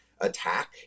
attack